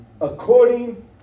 according